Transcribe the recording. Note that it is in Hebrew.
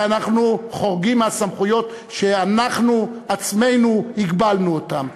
אנחנו חורגים מהסמכויות שאנחנו עצמנו הגבלנו אותן,